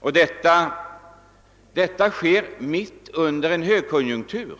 och detta sker mitt under en högkonjunktur!